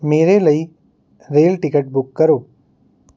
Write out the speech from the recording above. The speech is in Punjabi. ਮੇਰੇ ਲਈ ਰੇਲ ਟਿਕਟ ਬੁੱਕ ਕਰੋ